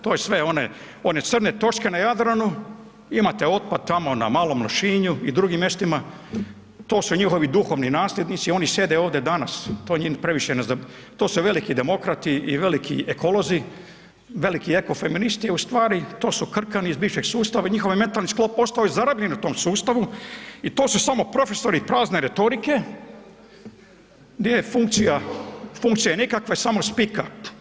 To su sve one crne točke na Jadranu, imate otpad tamo na Malom Lošinju i drugim mjestima, to su njihovi duhovni nasljednici, oni sjede ovdje danas, to su veliki demokrati i veliki ekolozi, veliki ekofeministi, a ustvari to su krkani iz bivšeg sustava i njihov je mentalni sklop ostao zarobljen u tom sustavu i to su samo profesori prazne retorike gdje je funkcija nikakva samo spika.